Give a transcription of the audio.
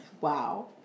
Wow